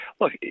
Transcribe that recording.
Look